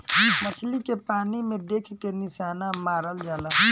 मछली के पानी में देख के निशाना मारल जाला